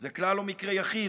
זה כלל לא מקרה יחיד,